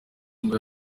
ngo